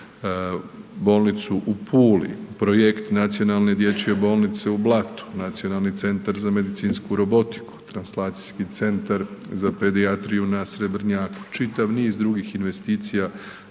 bolnicu u Puli, projekt nacionalne dječje bolnice u Blatu, nacionalni centar za medicinsku robotiku, translacijski centar za pedijatriju na Srebrnjaku, čitav niz drugih investicija